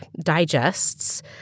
digests